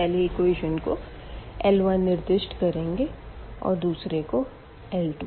पहले इक्वेशन को L 1 निर्दिष्ट करेंगे और दूसरे को L 2